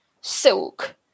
silk